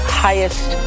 highest